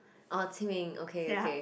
orh 清明:Qing-Ming okay okay